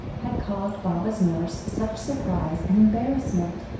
had caused baba's nurse such surprise and embarrassment.